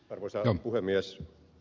arvoisa puhemies